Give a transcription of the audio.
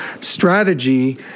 strategy